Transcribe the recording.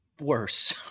Worse